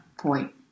point